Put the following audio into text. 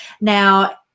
Now